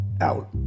out